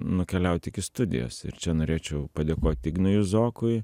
nukeliauti iki studijos ir čia norėčiau padėkoti ignui juzokui